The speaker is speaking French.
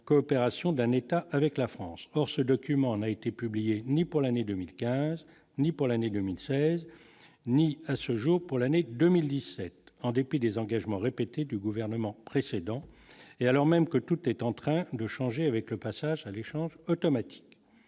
coopération d'un État avec la France, or ce document n'a été publié, ni pour l'année 2015, ni pour l'année 2016, ni à ce jour pour l'année 2017, en dépit des engagements répétés du gouvernement précédent, et alors même que tout est en train de changer avec le passage à l'échange automatique,